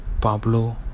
Pablo